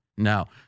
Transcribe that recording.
No